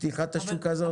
פתיחת השוק הזה היא מסוכנת.